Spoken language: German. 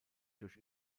durch